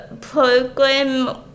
program